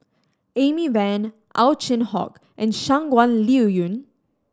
Amy Van Ow Chin Hock and Shangguan Liuyun